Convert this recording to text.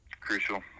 crucial